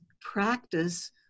practice